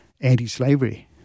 anti-slavery